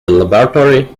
laboratory